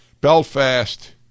Belfast